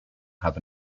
have